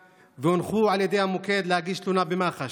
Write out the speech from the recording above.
והונחו על ידי המוקד להגיש תלונה במח"ש.